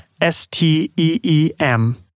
S-T-E-E-M